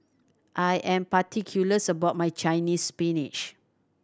I am particulars about my Chinese Spinach